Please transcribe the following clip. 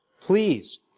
Please